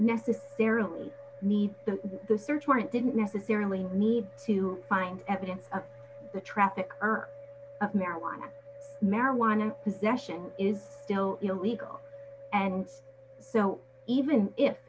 necessarily need the the search warrant didn't necessarily need to find evidence of the traffic of marijuana marijuana possession is still illegal and even if